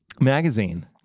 magazine